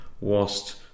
whilst